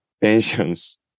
Pensions